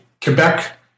Quebec